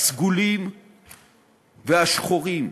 הסגולים והשחורים.